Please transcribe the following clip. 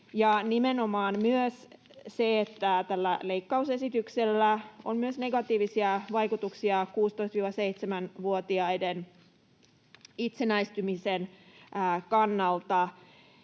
nimenomaan myös siinä, että tällä leikkausesityksellä on myös negatiivisia vaikutuksia 16—17-vuotiaiden itsenäistymisen kannalta.